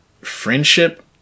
friendship